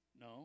No